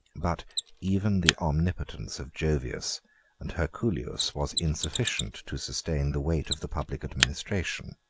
but even the omnipotence of jovius and herculius was insufficient to sustain the weight of the public administration.